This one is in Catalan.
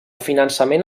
finançament